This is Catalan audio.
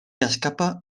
escapa